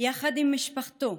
יחד עם משפחתו,